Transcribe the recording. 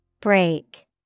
Break